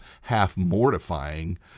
half-mortifying